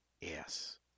yes